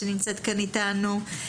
שנמצאת כאן אתנו,